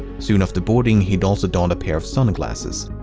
soon after boarding, he'd also donned a pair of sunglasses.